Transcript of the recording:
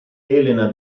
elena